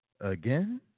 again